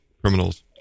criminals